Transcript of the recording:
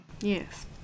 Yes